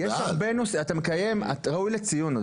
ראוי לציון,